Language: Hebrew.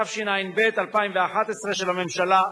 10), התשע"ב 2011, של הממשלה,